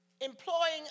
employing